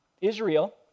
Israel